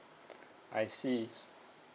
I see